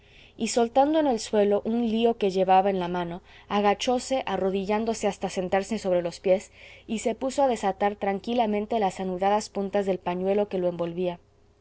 y soltando en el suelo un lío que llevaba en la mano agachóse arrodillándose hasta sentarse sobre los pies y se puso a desatar tranquilamente las anudadas puntas del pañuelo que lo envolvía